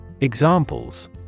Examples